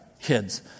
kids